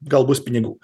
gal bus pinigų